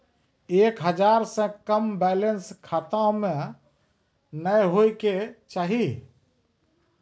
एक हजार से कम बैलेंस खाता मे नैय होय के चाही